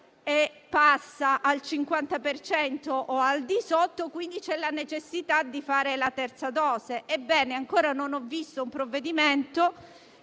e passa al 50 per cento o al di sotto, quindi c'è la necessità di fare la terza dose. Ancora non ho visto un provvedimento